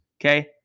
okay